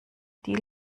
die